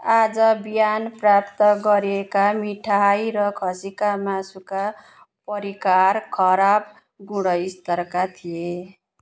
आज बिहान प्राप्त गरिएका मिठाई र खसीका मासुका परिकार खराब गुणस्तरका थिए